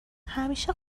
همیشه